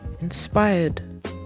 inspired